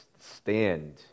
stand